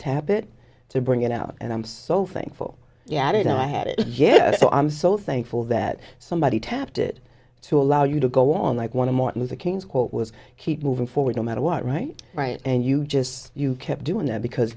tap it to bring it out and i'm so thankful yeah that i had it so i'm so thankful that somebody tapped it to allow you to go on like one of martin luther king's quote was keep moving forward no matter what right right and you just you kept doing that because